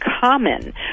common